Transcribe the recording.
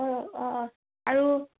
অঁ অঁ অঁ আৰু